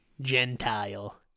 Gentile